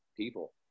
People